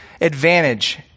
advantage